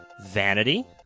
vanity